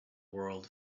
world